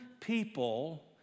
people